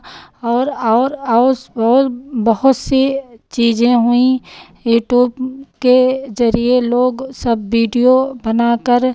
और और औस बहुत बहोत सी चीज़ें हुईं यूटूब के जरिए लोग सब बीडियो बनाकर